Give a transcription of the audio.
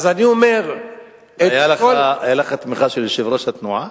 היתה לך תמיכה של יושב-ראש התנועה?